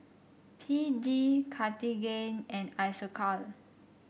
B D Cartigain and Isocal